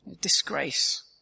Disgrace